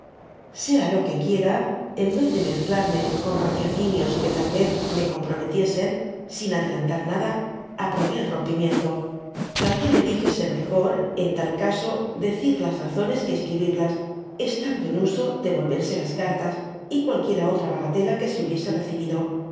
sea lo que quiera en vez de mezclarme en raciocinios que tal yez me comprometiesen sin adelantar nada aprobé el rompimiento también le dije ser mejor en tal caso decir las razones que escribirlas estando en uso devolverse las cartas y cualquiera otra bagatela que se hubiese recibido